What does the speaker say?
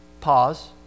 Pause